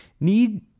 Need